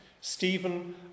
Stephen